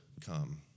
come